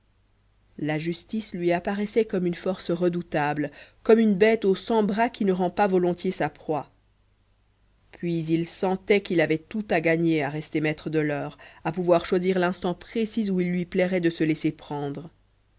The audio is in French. la justice lui apparaissait comme une force redoutable comme une bête aux cent bras qui ne rend pas volontiers sa proie puis il sentait qu'il avait tout à gagner à rester maître de l'heure à pouvoir choisir l'instant précis où il lui plairait de se laisser prendre